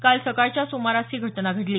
काल सकाळच्या सुमारास ही घटना घडली